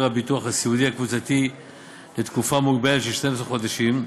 הביטוח הסיעודי הקבוצתי לתקופה מוגבלת של 12 חודשים,